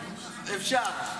אפשר.